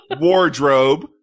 Wardrobe